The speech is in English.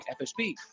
FSB